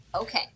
Okay